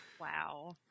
Wow